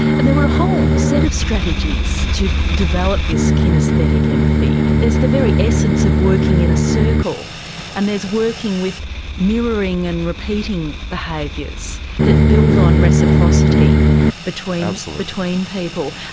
and there were a whole set of strategies to develop this kinaesthetic empathy there's the very essence of working in a circle and there's working with mirroring and repeating behaviours that build on reciprocity between um so between people.